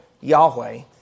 Yahweh